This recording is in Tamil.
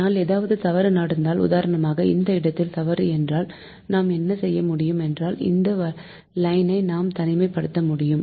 ஆனால் ஏதாவது தவறு நடந்தால் உதாரணமாக இந்த இடத்தில் தவறு என்றால் நாம் என்ன செய்ய முடியும் என்றால் இந்த லைனை நாம் தனிமை படுத்தமுடியும்